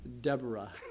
Deborah